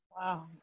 Wow